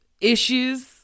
issues